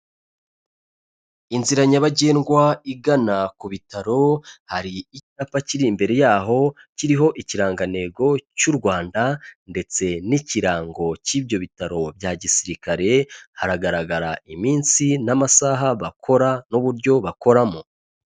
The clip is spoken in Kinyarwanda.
Inzira nyabagendwa igana ku bitaro, hari icyapa kiri imbere yaho kiriho ikirangantego cy'u Rwanda ndetse n'ikirango cy'ibyo bitaro bya gisirikare haragaragara iminsi n'amasaha bakora n'uburyo bakoramo.